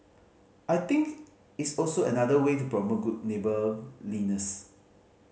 I think it's also another way to promote good neighbourliness